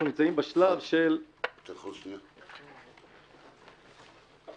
(היו"ר עבד אל חכים חאג' יחיא,